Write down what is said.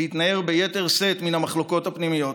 להתנער ביתר שאת מן המחלוקות הפנימיות